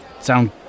Sound